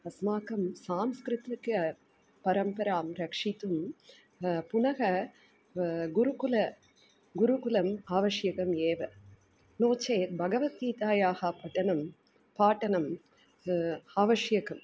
अस्माकं सांस्कृतिकपरम्परां रक्षितुं पुनः गुरुकुलं गुरुकुलम् आवश्यकम् एव नो चेद् भगवद्गीतायाः पठनं पाठनम् आवश्यकम्